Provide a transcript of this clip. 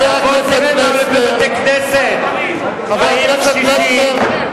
הוא אמר, תצביעי אחרי זה איך שאת רוצה.